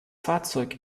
fahrzeug